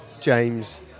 James